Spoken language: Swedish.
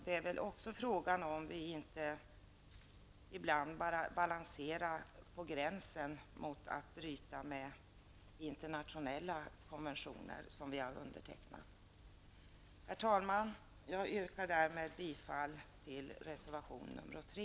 Det är också frågan om vi inte ibland balanserar på gränsen till att bryta mot internationella konventioner som vi har undertecknat. Herr talman! Jag yrkar därmed bifall till reservation nr 3.